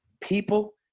people